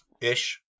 ish